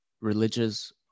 religious